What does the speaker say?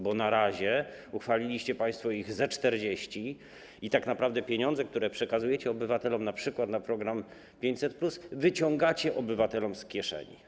Bo na razie uchwaliliście państwo ich ze 40 i tak naprawdę pieniądze, które przekazujecie obywatelom np. na program 500+, wyciągacie obywatelom z kieszeni.